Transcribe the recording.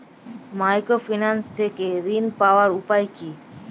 Microfinance থেকে ঋণ পাওয়ার উপায় কি?